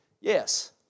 Yes